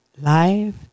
Life